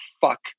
fuck